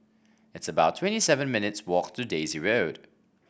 it's about twenty seven minutes' walk to Daisy Road